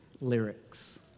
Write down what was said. lyrics